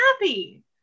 happy